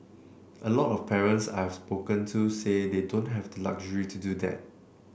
a lot of parents I've spoken to say they don't have luxury to do that